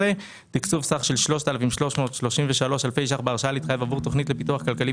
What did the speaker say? בהקצאה של שנה קודמת תיכף אבדוק מי קיבל.